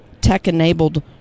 tech-enabled